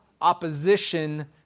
opposition